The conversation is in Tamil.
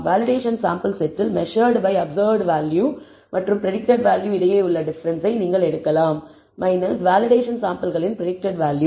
வேலிடேஷன் சாம்பிள் செட்டில் மெசர்ட்அப்சர்வ்ட் வேல்யூ மற்றும் பிரடிக்டட் வேல்யூ இடையில் உள்ள டிஃபரன்ஸ் நீங்கள் எடுக்கலாம் வேலிடேஷன் சாம்பிள்களின் பிரடிக்டட் வேல்யூ